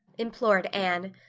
implored anne.